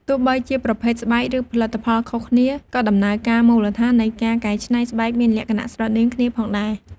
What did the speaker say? ទោះបីជាប្រភេទស្បែក ឬផលិតផលខុសគ្នា ក៏ដំណើរការមូលដ្ឋាននៃការកែច្នៃស្បែកមានលក្ខណៈស្រដៀងគ្នាផងដែរ។